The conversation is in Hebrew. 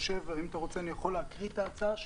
ואם אתה רוצה אני יכול לקרוא את ההצעה שלי.